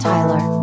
Tyler